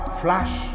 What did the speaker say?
flash